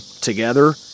together